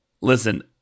listen